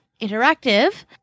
Interactive